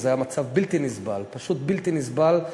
וזה היה מצב בלתי נסבל, פשוט בלתי נסבל.